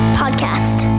podcast